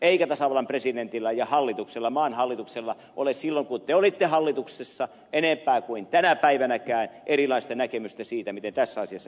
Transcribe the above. eikä tasavallan presidentillä ja maan hallituksella ollut silloin kun te olitte hallituksessa enempää kuin on tänä päivänäkään erilainen näkemys siitä miten tässä asiassa pitäisi toimia